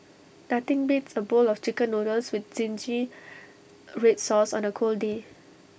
nothing beats A bowl of Chicken Noodles with Zingy Red Sauce on A cold day